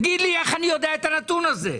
תגידי לי איך אני יודע את הנתון הזה?